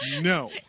no